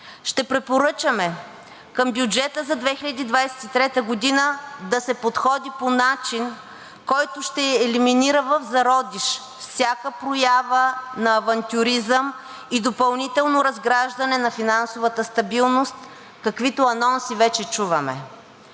Ще препоръчаме към бюджета за 2023 г. да се подходи по начин, който ще елиминира в зародиш всяка проява на авантюризъм и допълнително разграждане на финансовата стабилност, каквито анонси вече чуваме.